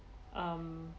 um